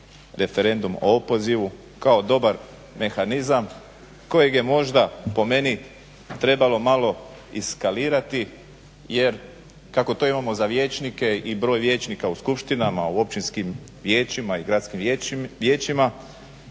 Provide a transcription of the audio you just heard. referendum o opozivu kao dobar mehanizam kojeg je možda po meni trebalo malo i skalirati jer kako to imamo za vijećnike i broj vijećnika u skupštinama, u općinskim vijećima i gradskim vijećima,